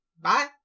Bye